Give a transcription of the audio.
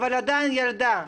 אבל היא עדיין ילדה.